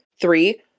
Three